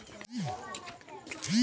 UPI भुगतान app कौन सा है?